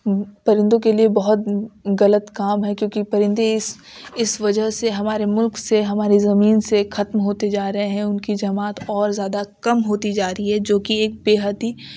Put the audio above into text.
پرندوں کے لیے بہت غلط کام ہے کیونکہ پرندے اس اس وجہ سے ہمارے ملک سے ہماری زمین سے ختم ہوتے جا رہے ہیں ان کی جماعت اور زیادہ کم ہوتی جا رہی ہے جو کہ ایک بے حد ہی